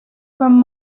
from